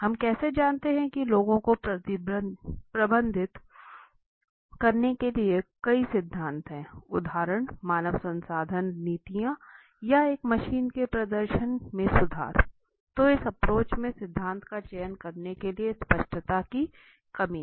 हम कैसे जानते हैं कि लोगों को प्रबंधित करने के लिए कई सिद्धांत हैं उदाहरण मानव संसाधन नीतियां या एक मशीन के प्रदर्शन में सुधार तो इस एप्रोच में सिद्धांत का चयन करने के लिए स्पष्टता की कमी है